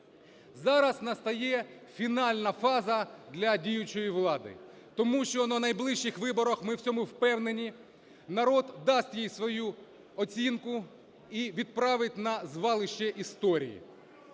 Зараз настає фінальна фаза для діючого влади. Тому що на найближчих виборах, ми в цьому впевнені, народ дасть їй свою оцінку і відправить на завалище історії.